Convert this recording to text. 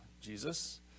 Jesus